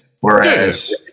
Whereas